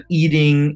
eating